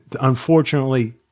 unfortunately-